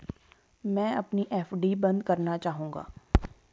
मैं अपनी एफ.डी बंद करना चाहूंगा